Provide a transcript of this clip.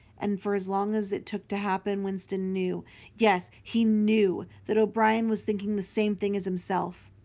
and for as long as it took to happen winston knew yes, he knew! that o'brien was thinking the same thing as himself.